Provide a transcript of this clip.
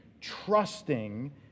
trusting